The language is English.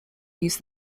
use